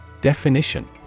Definition